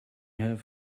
have